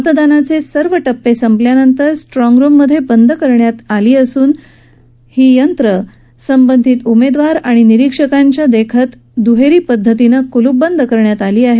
मतदानाचं सर्व टप्पे संपल्यानंतर ही यंत्र स्ट्रॉंगरुममध्ये बंद करण्यात आली असून संबंधित उमेदवार आणि निरीक्षकांच्या देखत दुहेरी पद्धतीनं क्ल्पबंद करण्यात आली आहेत